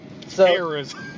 Terrorism